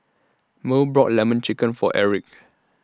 Merl bought Lemon Chicken For Erick